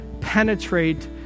penetrate